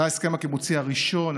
זה היה ההסכם הקיבוצי הראשון,